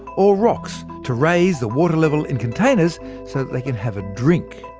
or rocks to raise the water level in containers so they can have a drink.